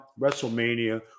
WrestleMania